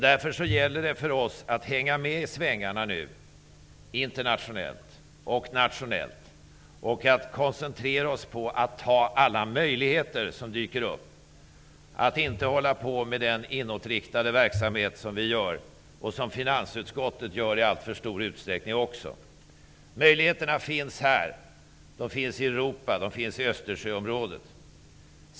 Därför gäller det för oss att hänga med i svängarna nu, internationellt och nationellt, och att koncentrera oss på att ta alla möjligheter som dyker upp och inte hålla på med den inåtriktade verksamhet som vi håller på med och som också finansutskottet håller på med i alltför stor utsträckning. Möjligheterna finns här -- de finns i Europa, i Östersjöområdet.